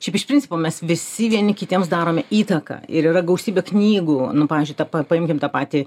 šiaip iš principo mes visi vieni kitiems darome įtaką ir yra gausybė knygų nu pavyzdžiui ta paimkime tą patį